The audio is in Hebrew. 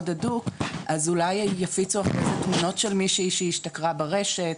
הדוק אז אולי יפיצו אחרי זה תמונות של מישהי שהשתכרה ברשת,